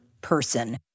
person